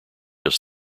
not